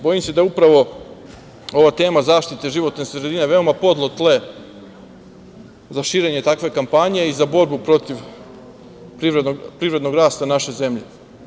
Bojim se da upravo ova tema zaštita životne sredine veoma podlo tle za širenje takve kampanje i za borbu protiv privrednog rasta naše zemlje.